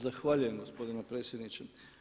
Zahvaljujem gospodine predsjedniče.